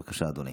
בבקשה, אדוני.